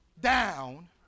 down